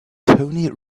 tony